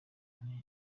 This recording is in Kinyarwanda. nte